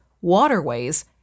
waterways